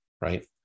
right